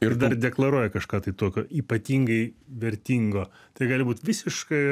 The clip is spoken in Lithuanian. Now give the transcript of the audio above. ir dar deklaruoja kažką tai tokio ypatingai vertingo tai gali būt visiška